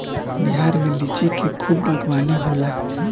बिहार में लिची के खूब बागवानी होला